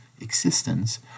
existence